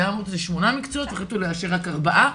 היו שמונה מקצועות והחליטו לאשר רק ארבעה,